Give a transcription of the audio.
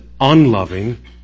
unloving